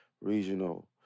regional